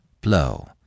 blow